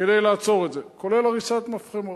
כדי לעצור את זה, כולל הריסת מפחמות